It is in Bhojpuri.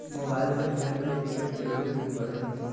मोबाइल से ट्रेन के टिकिट कैसे बूक करेम?